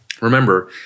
Remember